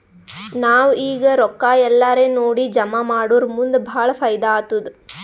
ನಾವ್ ಈಗ್ ರೊಕ್ಕಾ ಎಲ್ಲಾರೇ ನೋಡಿ ಜಮಾ ಮಾಡುರ್ ಮುಂದ್ ಭಾಳ ಫೈದಾ ಆತ್ತುದ್